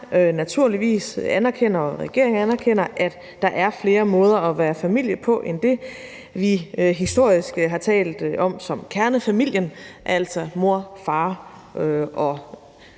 naturligvis anerkender, at der er flere måder at være familie på end den, vi historisk har talt om som kernefamilien, altså mor, far og to